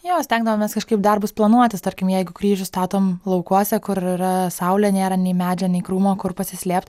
jo stengdavomės kažkaip darbus planuotis tarkim jeigu kryžių statom laukuose kur yra saulė nėra nei medžio nei krūmo kur pasislėpt